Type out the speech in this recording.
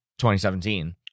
2017